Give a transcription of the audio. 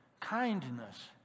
kindness